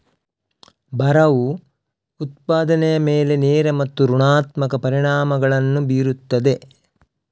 ಬರವು ಉತ್ಪಾದನೆಯ ಮೇಲೆ ನೇರ ಮತ್ತು ಋಣಾತ್ಮಕ ಪರಿಣಾಮಗಳನ್ನು ಬೀರುತ್ತದೆ